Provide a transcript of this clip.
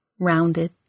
rounded